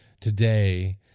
today